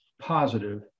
positive